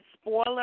spoiler